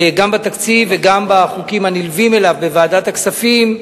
גם בתקציב וגם בחוקים הנלווים אליו בוועדת הכספים,